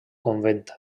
convent